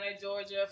Georgia